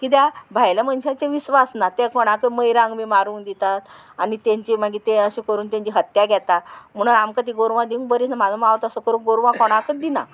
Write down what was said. कित्याक भायल्या मनशांचेर विस्वास ना ते कोणाकय मौयरांक बी मारूंक दितात आनी तेंचे मागीर ते अशे करून तेंची हत्या घेता म्हणून आमकां ती गोरवां दिवंक बरीच म्हाजो माव तसो करून गोरवां कोणाकच दिना